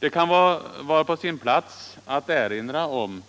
Det kan vara på sin plats att erinra om